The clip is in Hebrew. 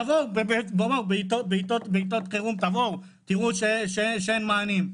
תבואו בעתות חירום, תבואו תראו שאין מענים.